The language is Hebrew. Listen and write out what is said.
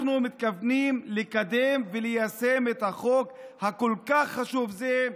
אנחנו מתכוונים לקדם וליישם את החוק הכל-כך חשוב הזה,